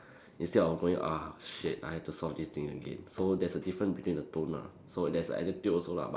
instead of going ah shit I have to solve this thing again so there's a difference between the tone lah so there's a attitude also lah but